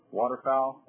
waterfowl